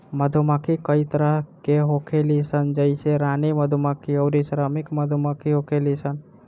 मधुमक्खी कई तरह के होखेली सन जइसे रानी मधुमक्खी अउरी श्रमिक मधुमक्खी होखेली सन